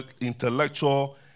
intellectual